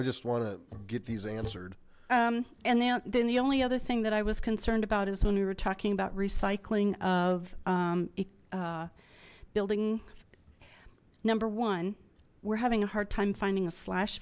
i just want to get these answered and then the only other thing that i was concerned about is when we were talking about recycling of a building number one we're having a hard time finding a slash